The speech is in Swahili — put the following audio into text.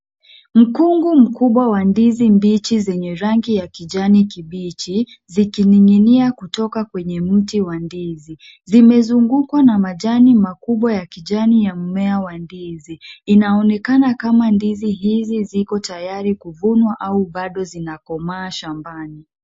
Mkungu mkubwa wa ndizi mbichi zenye rangi ya kijani kibichi, zikining'inia kutoka kwenye mti wa ndizi. Zimezungukwa na majani makubwa ya kijani ya mmea wa ndizi. Inaonekana kama ndizi hizi ziko tayari kuvunwa au bado zinakomaa shambani.